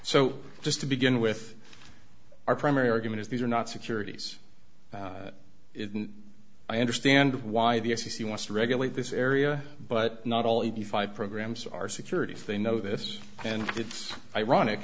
so just to begin with our primary argument is these are not securities i understand why the f c c wants to regulate this area but not all eighty five programs are securities they know this and it's ironic